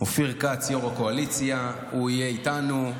אופיר כץ, יו"ר הקואליציה, הוא יהיה איתנו.